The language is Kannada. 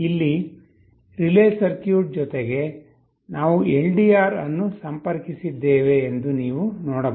ಇಲ್ಲಿ ರಿಲೇ ಸರ್ಕ್ಯೂಟ್ ಜೊತೆಗೆ ನಾವು ಎಲ್ಡಿಆರ್ ಅನ್ನು ಸಂಪರ್ಕಿಸಿದ್ದೇವೆ ಎಂದು ನೀವು ನೋಡಬಹುದು